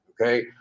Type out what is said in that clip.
Okay